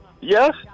Yes